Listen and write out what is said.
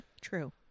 True